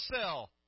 cell